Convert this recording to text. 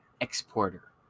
exporter